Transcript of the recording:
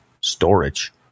storage